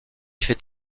fait